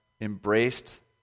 embraced